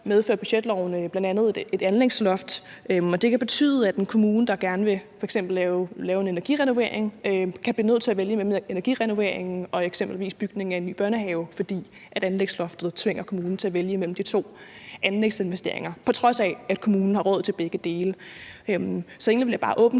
medfører budgetloven bl.a. et anlægsloft, og det kan betyde, at en kommune, der gerne f.eks. vil lave en energirenovering, kan blive nødt til at vælge imellem at lave energirenoveringen og eksempelvis bygningen af en ny børnehave, fordi anlægsloftet tvinger kommunen til at vælge mellem de to anlægsinvesteringer, på trods af at kommunen har råd til begge dele. Så egentlig vil jeg bare åbent